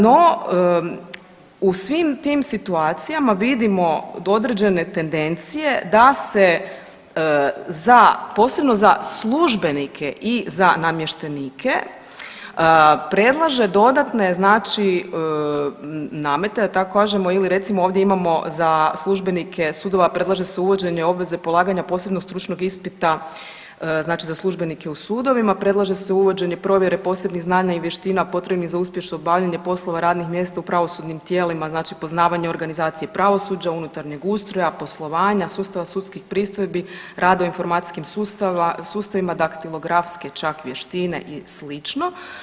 No, u svim tim situacijama vidimo određene tendencije da se za, posebno za službenike i za namještenike predlaže dodatne znači namete da tako kažemo ili recimo ovdje imamo za službenike sudova predlaže se uvođenje obveze polaganja posebnog stručnog ispita znači za službenike u sudovima, predlaže se uvođenje provjere posebnih znanja i vještina potrebnih za uspješno obavljanje poslova radnih mjesta u pravosudnim tijelima, znači poznavanje organizacije pravosuđa, unutarnjeg ustroja, poslovanja, sustava sudskih pristojbi, rad na informacijskim sustavima, daktilografske čak vještine i slično.